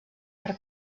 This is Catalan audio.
per